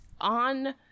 on